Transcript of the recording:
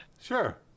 Sure